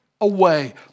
away